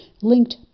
linked